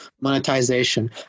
monetization